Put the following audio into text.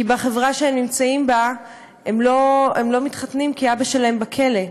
כי בחברה שהם נמצאים בה הם לא מתחתנים כי אבא שלהם בכלא,